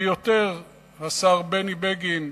השר בני בגין,